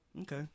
Okay